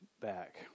back